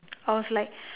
I was like